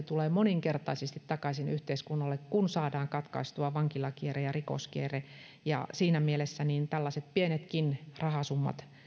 tulee moninkertaisesti takaisin yhteiskunnalle kun saadaan katkaistua vankilakierre ja rikoskierre ja siinä mielessä tällaiset pienetkin rahasummat